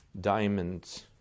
diamonds